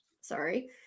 Sorry